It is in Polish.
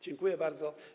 Dziękuję bardzo.